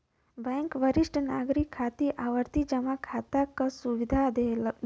bank वरिष्ठ नागरिक खातिर आवर्ती जमा खाता क सुविधा देवला